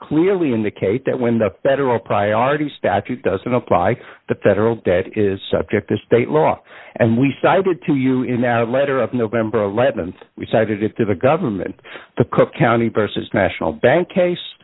clearly indicate that when the federal priority statute doesn't apply the federal debt is subject to state law and we cited to you in that letter of november th we cited it to the government the cook county versus national bank case